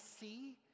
see